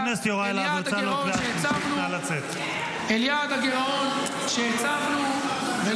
אל יעד הגירעון שהצבנו.